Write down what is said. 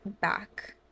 back